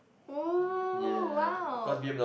oh !wow!